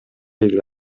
эле